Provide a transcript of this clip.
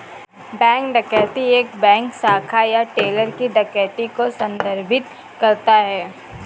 bank डकैती एक bank शाखा या टेलर की डकैती को संदर्भित करता है